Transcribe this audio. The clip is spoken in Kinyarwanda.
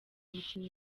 mikino